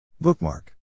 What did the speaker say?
Bookmark